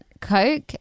Coke